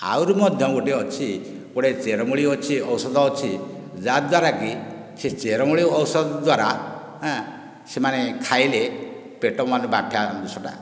ଆହୁରି ମଧ୍ୟ ଗୋଟିଏ ଅଛି ଗୋଟିଏ ଚେରମୂଳି ଅଛି ଔଷଧ ଅଛି ଯାହା ଦ୍ୱାରା କି ସେ ଚେରମୂଳି ଔଷଧ ଦ୍ୱାରା ସେମାନେ ଖାଇଲେ ପେଟ ମାନେ ବାଧାଅଂଶ ଟା